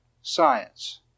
science